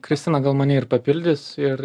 kristina gal mane ir papildys ir